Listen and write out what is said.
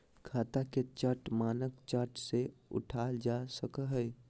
खाता के चार्ट मानक चार्ट से उठाल जा सकय हइ